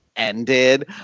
ended